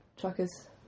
truckers